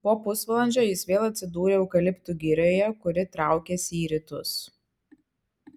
po pusvalandžio jis vėl atsidūrė eukaliptų girioje kuri traukėsi į rytus